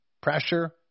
pressure